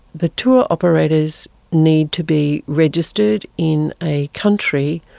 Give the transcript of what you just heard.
the tour operators need to be registered in a country,